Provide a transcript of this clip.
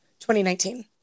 2019